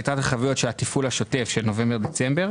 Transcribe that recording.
יתרת ההתחייבויות של התפעול השוטף של נובמבר-דצמבר,